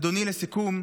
אדוני, לסיכום,